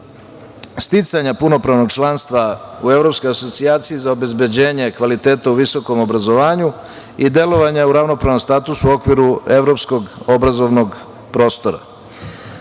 sticanja punopravnog članstva u Evropskoj asocijaciji za obezbeđenje kvaliteta u visokom obrazovanju i delovanja u ravnopravnom statusu u okviru evropskog obrazovnog prostora.